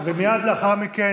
מייד לאחר מכן,